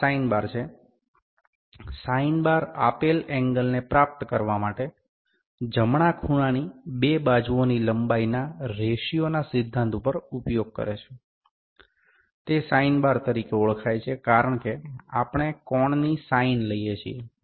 આ sine bar છે sine bar આપેલ એન્ગલને પ્રાપ્ત કરવા માટે જમણા ખૂણાની બે બાજુઓની લંબાઈ ના રેશિયો ના સિદ્ધાંત નો ઉપયોગ કરે છે તે સાઈન બાર તરીકે ઓળખાય છે કારણ કે આપણે કોણની સાઇન લઈએ છીએ